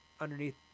underneath